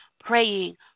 praying